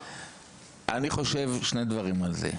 אני חושב שני דברים על זה.